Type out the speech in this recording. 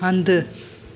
हंधु